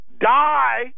die